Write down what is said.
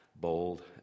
bold